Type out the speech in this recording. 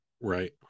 Right